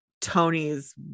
Tony's